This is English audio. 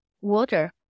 water